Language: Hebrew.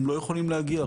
הם לא יכולים להגיע.